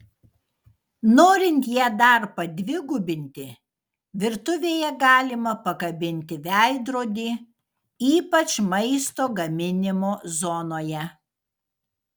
norint ją dar padvigubinti virtuvėje galima pakabinti veidrodį ypač maisto gaminimo zonoje